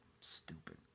Stupid